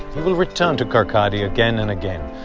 but will return to kirkcaldy again and again,